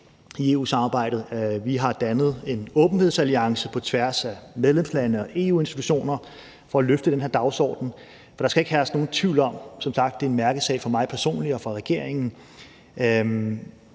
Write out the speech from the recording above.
i EU-samarbejdet. Vi har dannet en åbenhedsalliance på tværs af medlemslande og EU-institutioner for at løfte den her dagsorden. Kl. 12:03 Der skal ikke herske nogen tvivl om, at det som sagt er en mærkesag for mig personligt og for regeringen.